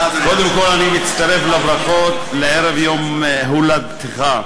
קודם כול אני מצטרף לברכות לערב יום הולדתך.